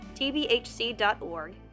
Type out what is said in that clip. tbhc.org